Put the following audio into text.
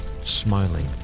smiling